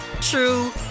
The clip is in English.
true